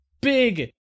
big